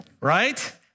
right